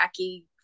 wacky